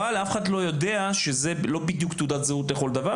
אבל אף אחד לא יודע שזו לא בדיוק תעודת זהות לכל דבר,